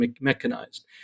mechanized